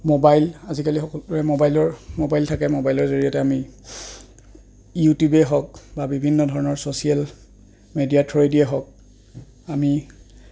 mobile আজিকালি সকলোৰে মোবাইলৰ মোবাইল থাকে মোবাইলৰ জৰিয়তে আমি ইউটিউবেই হওক বা বিভিন্ন ধৰণৰ ছ'চিয়েল মেডিয়াৰ থ্ৰৰেদিয়েই হওক আমি